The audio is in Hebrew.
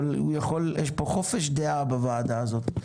אבל יש פה חופש דעה בוועדה הזאת.